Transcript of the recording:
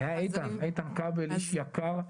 זה היה איתן, איתן כבל איש יקר.